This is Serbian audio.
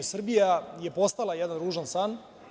Srbija je postala jedan ružan san.